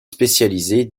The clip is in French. spécialisés